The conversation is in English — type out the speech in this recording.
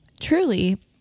truly